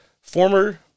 former